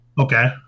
Okay